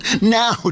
now